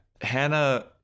Hannah